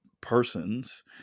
persons